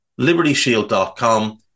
libertyshield.com